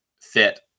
fit